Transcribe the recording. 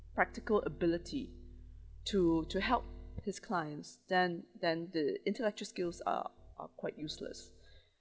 practical ability to to help his clients then then the intellectual skills are are quite useless